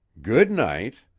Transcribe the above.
good-night.